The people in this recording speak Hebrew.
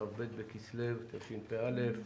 כ"ב בכסלו התשפ"א.